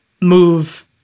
move